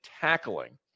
tackling